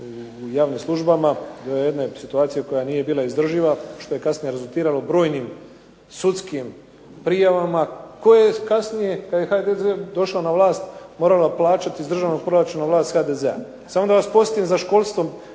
u javnim službama do jedne situacije koja nije bila izdrživa što je kasnije rezultiralo brojnim sudskim prijavama koje kasnije kad je HDZ došao na vlast morala plaćati iz državnog proračuna vlast HDZ-a. Samo da vas podsjetim, za školstvo